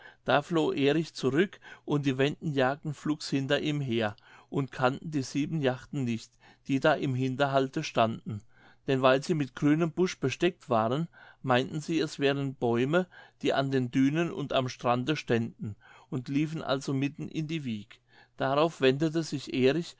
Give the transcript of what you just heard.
da floh erich zurück und die wenden jagten flugs hinter ihm her und kannten die sieben jachten nicht die da im hinterhalte standen denn weil sie mit grünem busch besteckt waren meinten sie es wären bäume die an den dünen und am strande ständen und liefen also mitten in die wiek darauf wendete sich erich